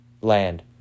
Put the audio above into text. land